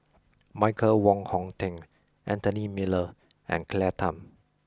Michael Wong Hong Teng Anthony Miller and Claire Tham